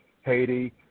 Haiti